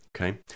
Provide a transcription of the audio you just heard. Okay